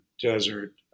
desert